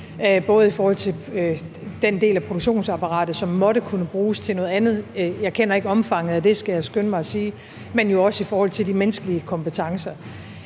både i forhold til den del af produktionsapparatet, som måtte kunne bruges til noget andet – jeg kender ikke omfanget af det, skal jeg skynde mig at sige – men jo også i forhold til de menneskelige kompetencer.